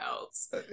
else